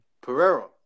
Pereira